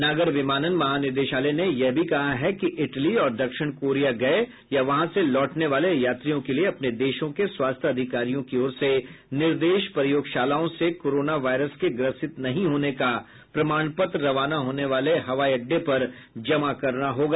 नागर विमानन महानिदेशालय ने यह भी कहा है कि इटली और दक्षिण कोरिया गए या वहां से लौटने वाले यात्रियों के लिए अपने देशों के स्वास्थ्य अधिकारियों की ओर से निर्देश प्रयोगशालाओं से कोरोना वायरस के ग्रसित नहीं होने का प्रमाण पत्र रवाना होने वाले हवाई अड्डे पर जमा करना होगा